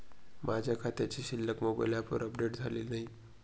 माझ्या खात्याची शिल्लक मोबाइल ॲपवर अपडेट झालेली नाही